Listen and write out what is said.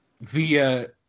via